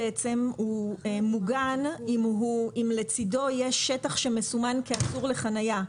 בעצם הוא מוגן אם לצידו יש שטח שמסומן כאסור לחנייה.